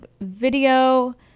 video